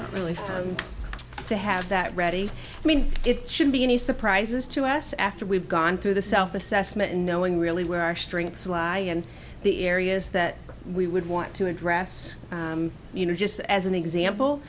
e really for them to have that ready i mean it should be any surprises to us after we've gone through the self assessment and knowing really where our strengths lie and the areas that we would want to address you know just as an example